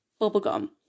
bubblegum